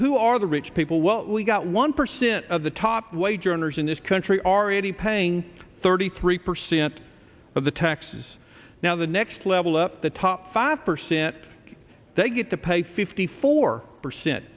who are the rich people well we got one percent of the top wage earners in this country already paying thirty three percent of the taxes now the next level up the top five percent they get to pay fifty four percent